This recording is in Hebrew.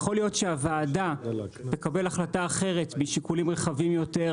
יכול להיות שהוועדה תקבל החלטה אחרת משיקולים רחבים יותר,